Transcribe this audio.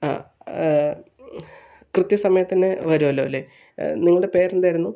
ആ കൃത്യ സമയത്ത് തന്നെ വരുമല്ലോ അല്ലെ നിങ്ങളുടെ പേരെന്തായിരുന്നു